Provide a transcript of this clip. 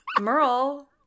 Merle